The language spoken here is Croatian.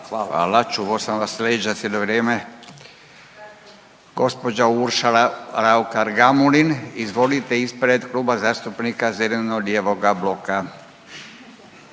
vas …/Govornik se ne razumije./… na vrijeme. Gospođa Urša Raukar Gamulin, izvolite ispred Kluba zastupnika zeleno-lijevoga bloka.